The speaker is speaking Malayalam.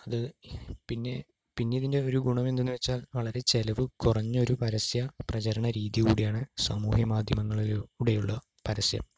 അത് പിന്നെ പിന്നെ ഇതിൻ്റെ ഒരു ഗുണം എന്തെന്ന് വെച്ചാൽ വളരെ ചെലവ് കുറഞ്ഞൊരു പരസ്യ പ്രചരണ രീതി കൂടെയാണ് സാമൂഹ്യമാധ്യമങ്ങളിലൂടെ ഉള്ള പരസ്യം